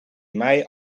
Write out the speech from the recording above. mei